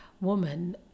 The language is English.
woman